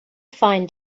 find